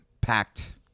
packed